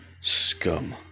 Scum